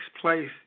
place